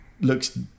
looks